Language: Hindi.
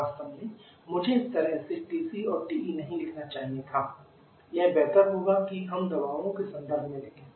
वास्तव में मुझे इस तरह से TC और TE नहीं लिखना चाहिए था यह बेहतर होगा कि हम दबावों के संदर्भ में लिखें